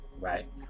right